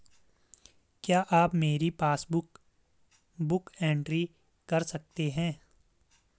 क्या आप मेरी पासबुक बुक एंट्री कर सकते हैं?